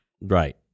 Right